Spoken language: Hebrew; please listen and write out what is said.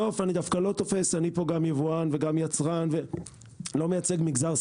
אני גם יבואן וגם יצרן ואני לא מייצג מגזר ספציפי,